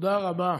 תודה רבה.